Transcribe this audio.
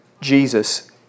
Jesus